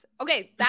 Okay